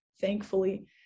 thankfully